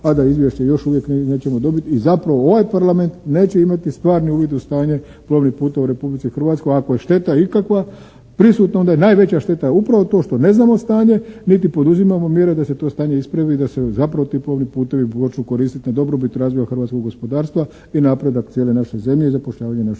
a da izvješće još uvijek nećemo dobiti i zapravo ovaj Parlament neće imati stvarni uvid u stanje plovnih putova u Republici Hrvatskoj. Ako je šteta ikakva prisutna onda je najveća šteta je upravo to što ne znamo stanje niti poduzimamo mjere da se to stanje ispravi i da se zapravo ti plovni putevi počnu koristiti na dobrobit razvoja hrvatskog gospodarstva i napredak cijele naše zemlje i zapošljavanje naših